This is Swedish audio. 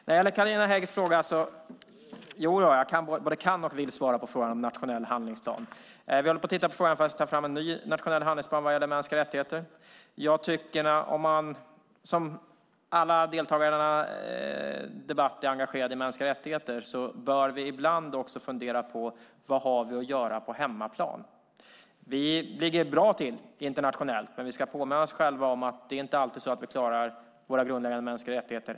Jag både kan och vill svara på Carina Häggs fråga om nationell handlingsplan. Vi håller på att titta på frågan för att ta fram en ny nationell handlingsplan vad gäller mänskliga rättigheter. Alla deltagare i denna debatt är engagerade i mänskliga rättigheter. Vi bör ibland också fundera på: Vad har vi att göra på hemmaplan? Vi ligger bra till internationellt. Men vi ska påminna oss själva om att det inte alltid är så att vi här klarar våra grundläggande mänskliga rättigheter.